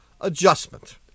adjustment